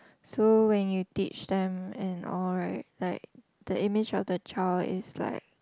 so when you teach them and all right like the image of the child is like